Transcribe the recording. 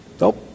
Nope